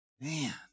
Man